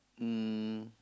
um